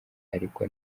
ariko